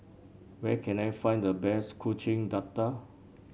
where can I find the best Kuih Dadar